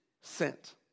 sent